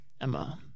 Emma